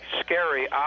scary